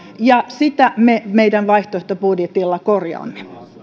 ja sitä me meidän vaihtoehtobudjetillamme korjaamme